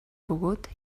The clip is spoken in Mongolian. бөгөөд